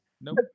Nope